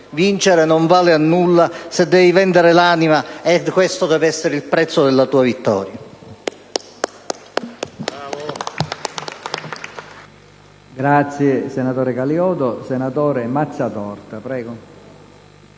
«Vincere non vale a nulla se devi vendere l'anima e questo deve essere il prezzo della tua vittoria».